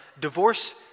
divorce